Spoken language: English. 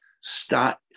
start